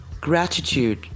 gratitude